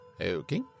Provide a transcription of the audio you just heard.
Okay